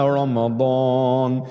Ramadan